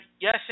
yes